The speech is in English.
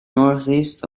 northeast